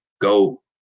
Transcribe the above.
go